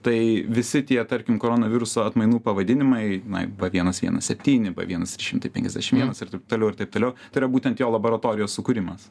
tai visi tie tarkim korona viruso atmainų pavadinimai na b vienas vienas septyni b vienas trys šimtai penkiasdešim vienas ir taip toliau ir taip toliau tai yra būtent jo laboratorijos sukūrimas